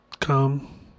Come